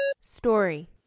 Story